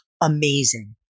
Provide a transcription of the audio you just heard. amazing